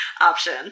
option